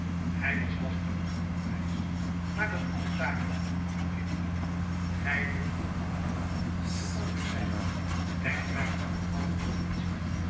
hij was lastig genoeg op reis maar dat alles daargelaten kindlief gij moet u wat opvroolijken zooals ik zeide denk maar aan de oude